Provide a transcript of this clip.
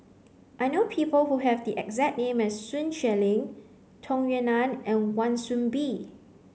I know people who have the exact name as Sun Xueling Tung Yue Nang and Wan Soon Bee